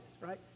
right